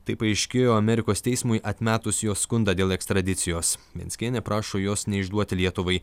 tai paaiškėjo amerikos teismui atmetus jos skundą dėl ekstradicijos venckienė prašo jos neišduoti lietuvai